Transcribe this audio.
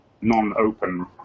non-open